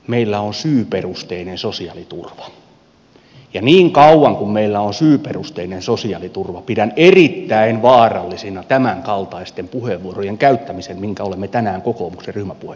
meillä on syyperusteinen sosiaaliturva ja niin kauan kuin meillä on syyperusteinen sosiaaliturva pidän erittäin vaarallisena tämän kaltaisten puheenvuorojen käyttämisen minkä olemme tänään kokoomuksen ryhmäpuheessa kuulleet